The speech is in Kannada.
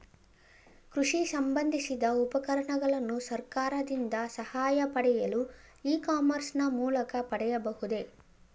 ಕೃಷಿ ಸಂಬಂದಿಸಿದ ಉಪಕರಣಗಳನ್ನು ಸರ್ಕಾರದಿಂದ ಸಹಾಯ ಪಡೆಯಲು ಇ ಕಾಮರ್ಸ್ ನ ಮೂಲಕ ಪಡೆಯಬಹುದೇ?